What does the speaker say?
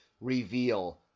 reveal